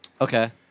okay